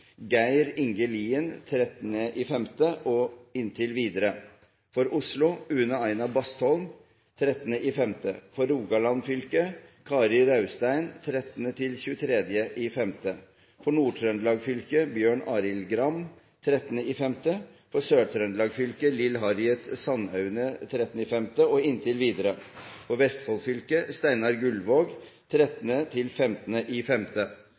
Une Aina Bastholm 13. mai For Rogaland fylke: Kari Raustein 13.–23. mai For Nord-Trøndelag fylke: Bjørn Arild Gram 13. mai For Sør-Trøndelag fylke: Lill Harriet Sandaune 13. mai og inntil videre For Vestfold fylke: Steinar Gullvåg